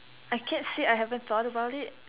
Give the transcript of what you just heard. I can't say I haven't thought about it